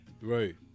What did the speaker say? Right